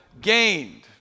gained